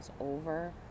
over